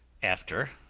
after,